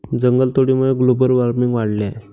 जंगलतोडीमुळे global warming वाढले आहे